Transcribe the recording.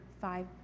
five